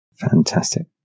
Fantastic